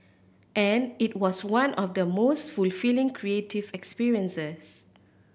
and it was one of the most fulfilling creative experiences